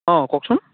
অঁ কওকচোন